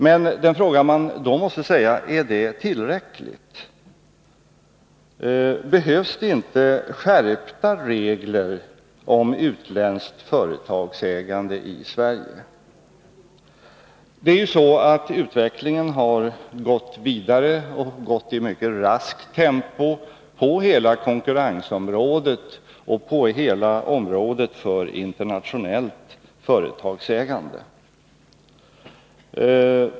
Men den fråga man då måste ställa är: Är det tillräckligt? Behövs inte skärpta regler om utländskt företagsägande i Sverige? Utvecklingen har gått vidare i mycket raskt tempo på hela konkurrensområdet och på hela området för internationellt företagsägande.